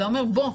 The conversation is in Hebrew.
אלא אומר: בוא,